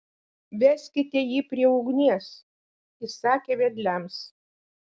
veskite jį prie ugnies įsakė vedliams